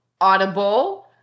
Audible